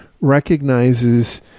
recognizes